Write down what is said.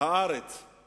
הארץ;